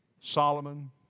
Solomon